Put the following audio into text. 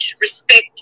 respect